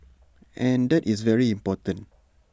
and that is very important